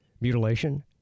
mutilation